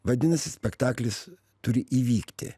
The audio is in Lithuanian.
vadinasi spektaklis turi įvykti